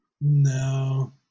No